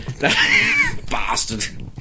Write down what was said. Bastard